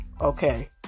okay